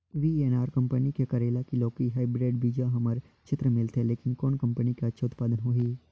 VNR company के करेला की लौकी हाईब्रिड बीजा हमर क्षेत्र मे मिलथे, लेकिन कौन कंपनी के अच्छा उत्पादन होही?